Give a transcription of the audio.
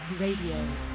Radio